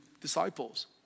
disciples